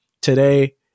today